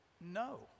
No